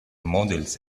models